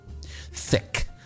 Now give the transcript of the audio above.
thick